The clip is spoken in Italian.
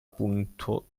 punto